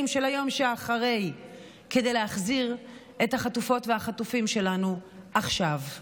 של היום שאחרי כדי להחזיר את החטופות והחטופים שלנו עכשיו.